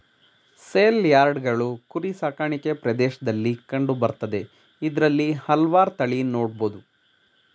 ಸೇಲ್ಯಾರ್ಡ್ಗಳು ಕುರಿ ಸಾಕಾಣಿಕೆ ಪ್ರದೇಶ್ದಲ್ಲಿ ಕಂಡು ಬರ್ತದೆ ಇದ್ರಲ್ಲಿ ಹಲ್ವಾರ್ ತಳಿ ನೊಡ್ಬೊದು